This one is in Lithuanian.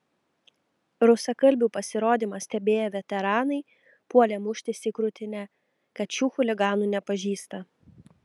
rusakalbių pasirodymą stebėję veteranai puolė muštis į krūtinę kad šių chuliganų nepažįsta